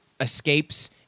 escapes